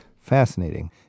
Fascinating